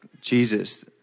Jesus